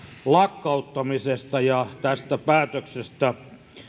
lakkauttamisesta ja tästä päätöksestä